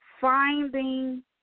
finding